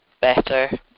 better